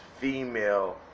female